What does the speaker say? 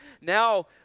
now